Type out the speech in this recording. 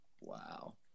Wow